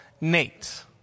Nate